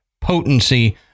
potency